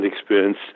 experience